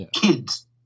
Kids